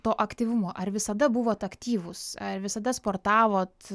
to aktyvumo ar visada buvot aktyvūs ar visada sportavot